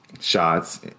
shots